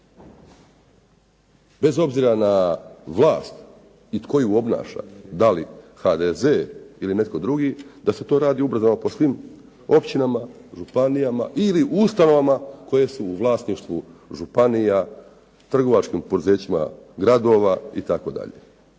bez obzira na vlast i tko ju obnaša da li HDZ ili netko drugi, da se to radi ubrzano po svim općinama, županijama ili ustanovama koje su u vlasništvu županija, trgovačkim poduzećima gradova itd.